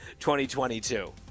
2022